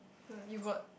uh you got